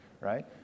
right